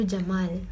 Jamal